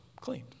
clean